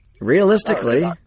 realistically